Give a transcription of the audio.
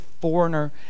foreigner